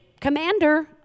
commander